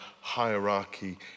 hierarchy